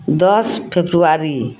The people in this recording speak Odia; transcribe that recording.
ଦଶ ଫେବୃଆରୀ